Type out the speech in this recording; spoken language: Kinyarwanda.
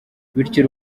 bityo